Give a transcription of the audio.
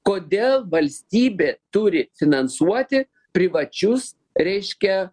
kodėl valstybė turi finansuoti privačius reiškia